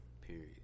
Period